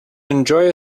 enjoy